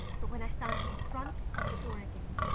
but when i stand in front of the door again,